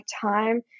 time